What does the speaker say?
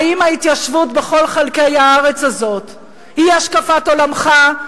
האם ההתיישבות בכל חלקי הארץ הזאת היא השקפת עולמך?